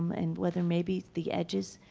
um and whether maybe the edges